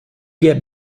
get